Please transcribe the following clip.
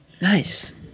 Nice